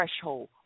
threshold